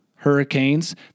hurricanes